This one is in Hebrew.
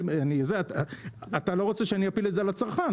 אתה לא רוצה שאני אפיל את זה על הצרכן,